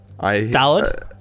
Valid